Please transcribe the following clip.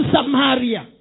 Samaria